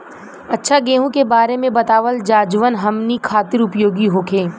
अच्छा गेहूँ के बारे में बतावल जाजवन हमनी ख़ातिर उपयोगी होखे?